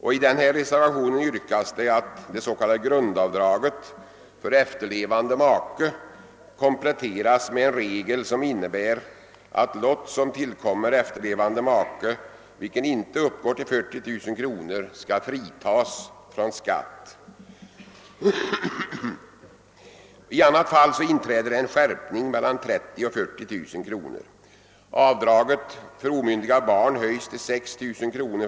I denna reservation yrkas att det s.k. grundavdraget för efterlevande make kompletteras med en regel som innebär, att lott som tillkommer efterlevande make och vilken inte uppgår till 40 000 kr skall fritas från skatt — i annat fall inträder en skärpning mellan 30 000 och 40 000 kr. Avdraget för omyndiga barn höjs till 6 000 kr.